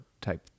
type